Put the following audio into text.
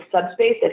subspace